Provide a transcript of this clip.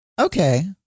Okay